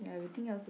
ya everything else